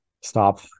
stop